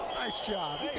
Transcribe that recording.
nice job.